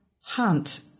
hunt